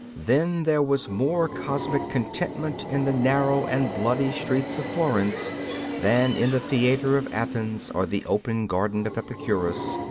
then there was more cosmic contentment in the narrow and bloody streets of florence than in the theatre of athens or the open garden of epicurus.